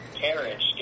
carriage